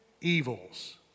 evils